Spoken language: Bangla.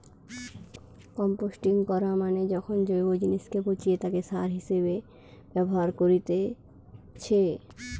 কম্পোস্টিং করা মানে যখন জৈব জিনিসকে পচিয়ে তাকে সার হিসেবে ব্যবহার করেতিছে